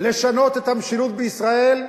לשנות את המשילות בישראל,